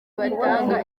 batanga